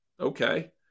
okay